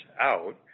out